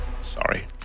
Sorry